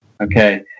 Okay